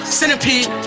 centipede